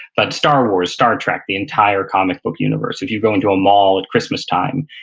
but star wars, star trek the entire comic book universe. if you go into a mall at christmas time,